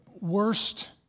worst